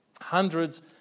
hundreds